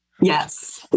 Yes